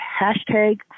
hashtag